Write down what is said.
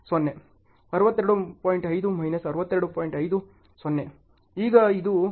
5 minus 62